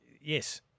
Yes